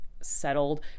settled